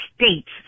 States